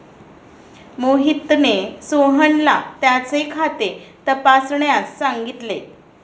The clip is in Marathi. मोहितने सोहनला त्याचे खाते तपासण्यास सांगितले